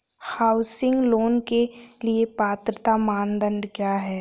Housing loan के लिए पात्रता मानदंड क्या हैं?